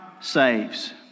saves